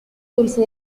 dulce